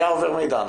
היה עובר מידע.